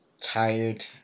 tired